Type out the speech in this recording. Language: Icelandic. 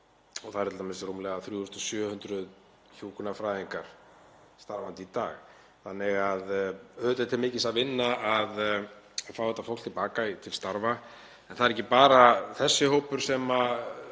Það eru t.d. rúmlega 3.700 hjúkrunarfræðingar starfandi í dag, þannig að auðvitað er til mikils að vinna að fá þetta fólk til baka til starfa. En það er ekki bara þessi hópur sem við